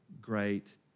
great